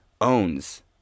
owns